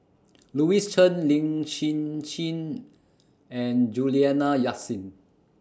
Louis Chen Lin Hsin Hsin and Juliana Yasin